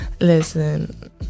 Listen